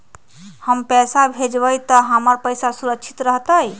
हम पैसा भेजबई तो हमर पैसा सुरक्षित रहतई?